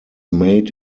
made